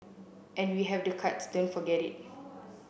and we have the cards don't forget it